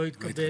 לא התקבל.